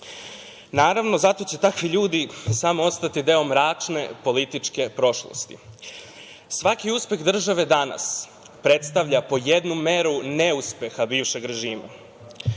Naravno, zato će takvi ljudi samo ostati deo mračne političke prošlosti. Svaki uspeh države danas predstavlja po jednu meru neuspeha bivšeg režima.